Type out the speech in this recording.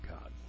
God